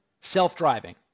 self-driving